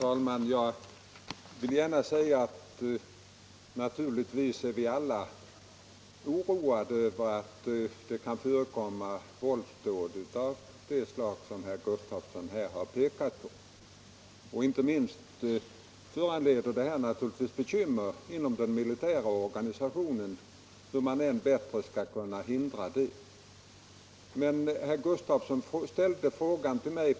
Herr talman! Naturligtvis är vi alla oroade av att det kan förekomma våldsdåd av det slag som herr Gustafsson i Säffle här har pekat på. Inte minst föranleder detta naturligtvis bekymmer inom den militära organisationen för hur man än bättre skall kunna hindra sådana våldsdåd.